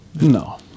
No